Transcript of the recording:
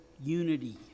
unity